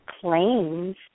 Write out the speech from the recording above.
planes